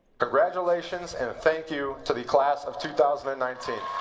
congratulations and thank you to the class of two thousand and nineteen!